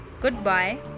goodbye